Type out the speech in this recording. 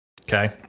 Okay